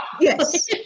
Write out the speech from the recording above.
Yes